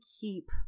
keep